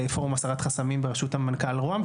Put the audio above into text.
לפורום הסרת חסמים בראשות מנכ"ל רוה"מ.